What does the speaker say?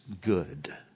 good